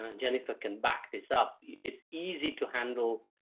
um jennifer can back this up, it's easy to handle.